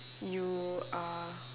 you are